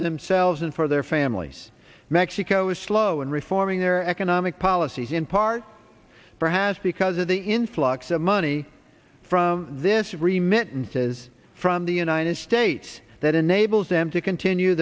themselves and for their families mexico is slow reforming their economic policies in part perhaps because of the influx of money from this remittances from the united states that enables them to continue